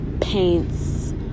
paints